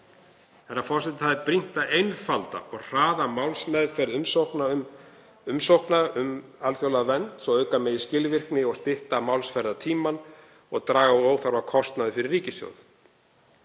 Herra forseti. Það er brýnt að einfalda og hraða málsmeðferð umsókna um alþjóðlega vernd svo auka megi skilvirkni og stytta málsmeðferðartímann og draga úr óþarfakostnaði fyrir ríkissjóð.